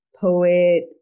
poet